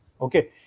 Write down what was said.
okay